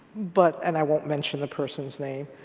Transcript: but and i won't mention the person's name